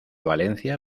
valencia